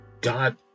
God